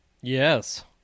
Yes